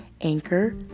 Anchor